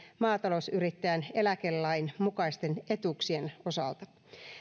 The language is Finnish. maatalousyrittäjän eläkelain mukaisten etuuksien osalta